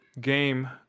game